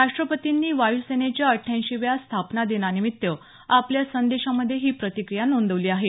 राष्ट्रपतींनी वायू सेनेच्या अठ्ठ्याऐंशीव्या स्थापना दिनानिमित्त आपल्या संदेशामधे ही प्रतिक्रिया नोंदवली आहे